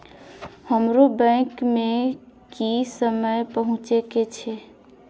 हमरो बैंक में की समय पहुँचे के छै?